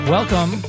Welcome